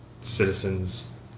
citizens